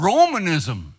Romanism